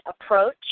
approach